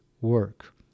work